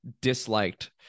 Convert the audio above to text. disliked